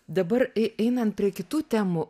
dabar ei einant prie kitų temų